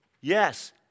Yes